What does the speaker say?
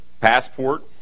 passport